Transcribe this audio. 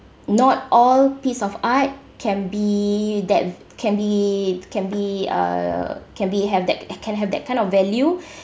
not all piece of art can be that can be can be uh can be have that uh can have that kind of value